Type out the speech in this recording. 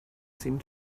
seemed